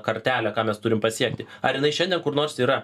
kartelė ką mes turim pasiekti ar jinai šiandien kur nors yra